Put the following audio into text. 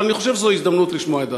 אבל אני חושב שזו הזדמנות לשמוע את דעתך.